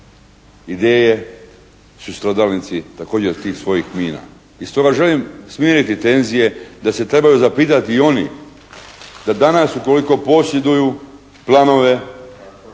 ideje su stradalnici tih svojih mina. I stoga želim smiriti tenzije da se trebaju zapitati i oni da danas ukoliko posjeduju planove